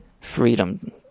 freedom